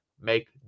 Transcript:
Make